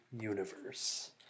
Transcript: universe